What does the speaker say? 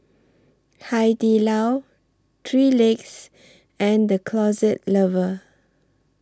Hai Di Lao three Legs and The Closet Lover